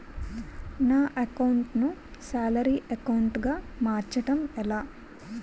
నా అకౌంట్ ను salary account గా మార్చటం ఎలా?